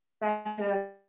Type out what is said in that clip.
better